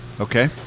Okay